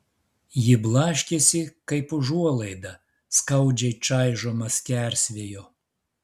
ji blaškėsi kaip užuolaida skaudžiai čaižoma skersvėjo